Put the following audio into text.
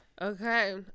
okay